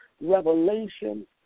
revelation